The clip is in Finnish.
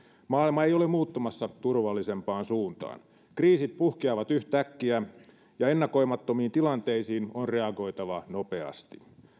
maailma ei ole muuttumassa turvallisempaan suuntaan kriisit puhkeavat yhtäkkiä ja ennakoimattomiin tilanteisiin on reagoitava nopeasti